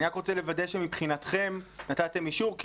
אני רק רוצה לוודא שמבחינתכם נתתם אישור,